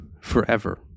forever